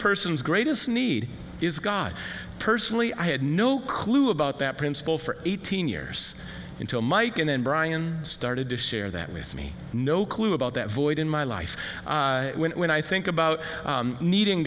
person's greatest need is god personally i had no clue about that principle for eighteen years until mike and brian started to share that with me no clue about that void in my life when i think about needing